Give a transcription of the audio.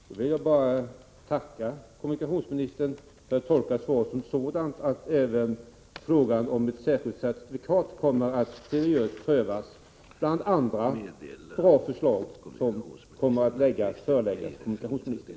Herr talman! Jag vill då bara tacka kommunikationsministern. Jag tolkar svaret så, att även frågan om ett särskilt certifikat seriöst kommer att prövas, bland övriga bra förslag som föreläggs kommunikationsministern.